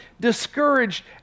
discouraged